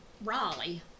Raleigh